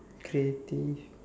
creative